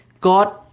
God